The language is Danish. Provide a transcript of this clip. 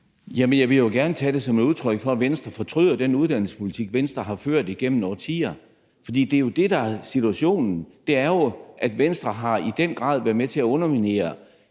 jeg vil jo gerne tage det som et udtryk for, at Venstre fortryder den uddannelsespolitik, Venstre har ført igennem årtier, for det er jo det, der er situationen. Det er jo, at Venstre i den grad har været med til at underminere,